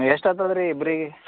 ಎಷ್ಟು ಆಗ್ತದ್ ರೀ ಇಬ್ರಿಗೆ